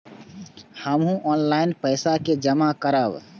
हमू ऑनलाईनपेसा के जमा करब?